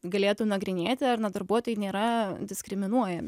galėtų nagrinėti ar na darbuotojai nėra diskriminuojami